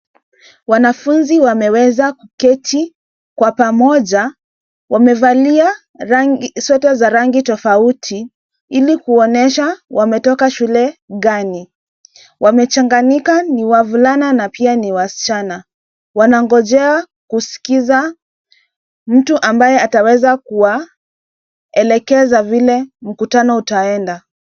Wanafunzi wame weza kuketi kwa pamoja, wamevalia sweta za rangi tofauti ili kuonyesha wametoka shule gani. Wamechanganyika ni wavulana na pia ni wasichana, wanangojea kuskiza mtu amabaye ataweza kuwa elekeza vile mkutano uta enda.